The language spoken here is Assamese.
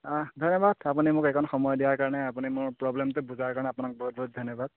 অঁহ্ ধন্যবাদ আপুনি মোক এইকণ সময় দিয়াৰ কাৰণে আপুনি মোৰ প্ৰব্লেমটো বুজাৰ কাৰণে আপোনাক বহুত বহুত ধন্যবাদ